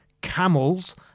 camels